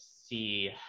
see